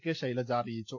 K Shailaja അറി യിച്ചു